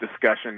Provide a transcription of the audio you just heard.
discussion